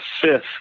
fifth